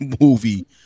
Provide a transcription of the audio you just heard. movie